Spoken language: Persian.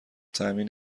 تأمین